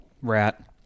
Rat